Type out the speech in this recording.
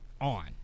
On